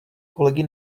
kolegy